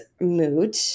mood